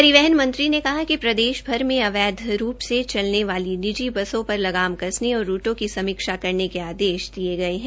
परिवहन मंत्री ने कहा कि प्रदेश भर में अवैध रूप से चलने वाली निजी बसों पर लगाम कसने और रूटों की समीक्षा करने के आदेश दिये है